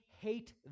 hate